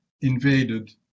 invaded